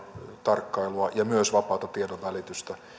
tarkkailua ja myös vapaata tiedonvälitystä